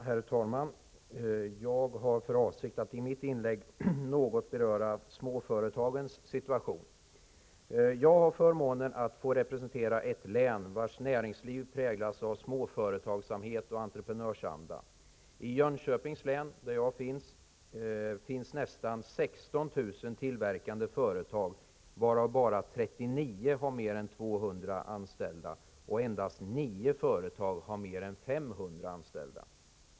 Herr talman! Jag har för avsikt att i mitt inlägg beröra småföretagens situation. Jag har förmånen att få representera ett län vars näringsliv präglas av småföretagsamhet och entreprenörsanda. I Jönköpings län finns nästan 16 000 tillverkande företag, varav endast 39 har mer än 200 anställda. Bara nio företag har mer än 500 anställda.